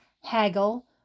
haggle